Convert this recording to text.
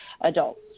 adults